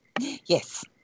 Yes